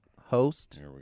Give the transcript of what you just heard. host